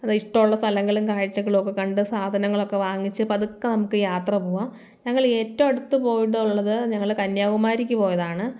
നല്ല ഇഷ്ടമുള്ള സ്ഥലങ്ങളും കാഴ്ചകളും ഒക്കെ കണ്ട് സാധനങ്ങളൊക്കെ വാങ്ങിച്ച് പതുക്കെ നമുക്ക് യാത്ര പോവാം ഞങ്ങളേറ്റവും അടുത്ത് പോയിട്ടുള്ളത് ഞങ്ങൾ കന്യാകുമാരിക്ക് പോയതാണ്